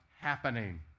happening